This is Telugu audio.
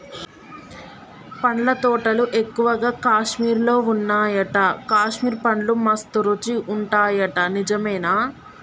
పండ్ల తోటలు ఎక్కువగా కాశ్మీర్ లో వున్నాయట, కాశ్మీర్ పండ్లు మస్త్ రుచి ఉంటాయట నిజమేనా